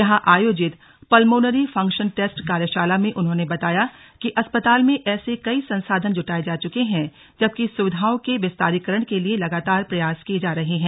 यहां आयोजित pulmonary function test कार्यशाला में उन्होंने बताया कि अस्पताल में ऐसे कई संसाधन जुटाए जा चुके हैं जबकि सुविधाओं के विस्तारीकरण के लिए लगातार प्रयास किए जा रहे हैं